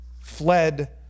fled